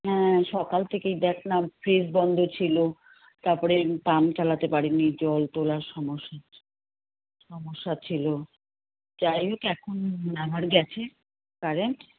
হ্যাঁ সকাল থেকেই দেখ না ফ্রিজ বন্ধ ছিলো তাপরে পাম্প চালাতে পারি নি জল তোলার সমস্যা হচ সমস্যা ছিলো যাই হোক এখন আবার গেছে কারেন্ট